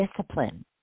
discipline